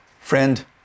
Friend